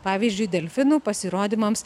pavyzdžiui delfinų pasirodymams